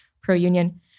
pro-union